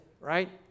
right